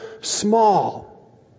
small